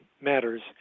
matters